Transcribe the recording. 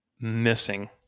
missing